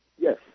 Yes